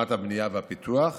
להשלמת הבנייה והפיתוח,